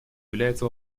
является